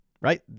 right